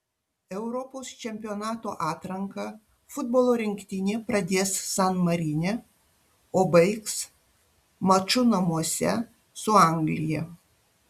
europos čempionato atranką futbolo rinktinė pradės san marine o baigs maču namuose su anglija